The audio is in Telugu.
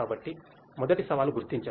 కాబట్టి మొదటి సవాలు గుర్తించడం